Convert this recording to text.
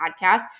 podcast